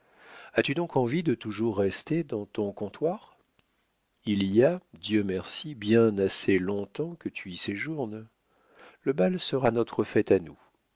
as-tu donc envie de toujours rester dans ton comptoir il y a dieu merci bien assez long-temps que tu y séjournes le bal sera notre fête à nous